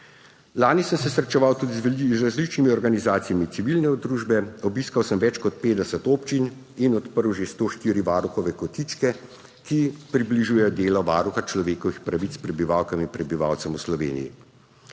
Lani sem se srečeval tudi z različnimi organizacijami civilne družbe, obiskal sem več kot 50 občin in odprl že 104 varuhove kotičke, ki približujejo delo Varuha človekovih pravic prebivalkam in prebivalcem v Sloveniji.